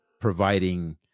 providing